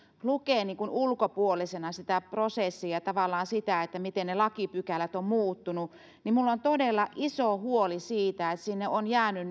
lukee niin kuin ulkopuolisena sitä prosessia ja tavallaan sitä miten ne lakipykälät ovat muuttuneet niin minulla on todella iso huoli siitä että sinne on jäänyt